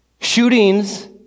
Shootings